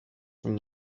from